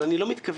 אבל אני לא מתכוון